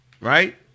right